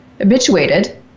habituated